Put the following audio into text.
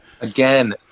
Again